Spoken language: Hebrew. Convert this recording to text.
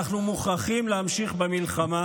אנחנו מוכרחים להמשיך במלחמה,